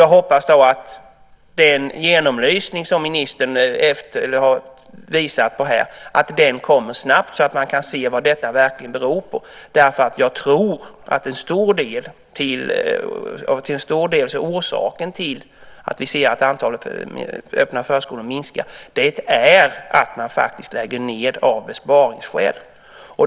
Jag hoppas att den genomlysning som ministern har visat på här kommer snabbt, så att man kan se vad detta verkligen beror på. Jag tror att en stor del av orsaken till att antalet öppna förskolor minskar är att man lägger ned av besparingsskäl.